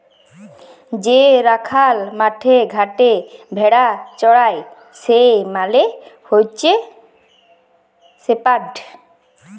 যে রাখাল মাঠে ঘাটে ভেড়া চরাই সে মালে হচ্যে শেপার্ড